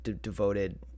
devoted